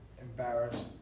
embarrassed